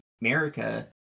America